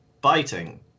biting